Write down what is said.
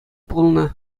пулнӑ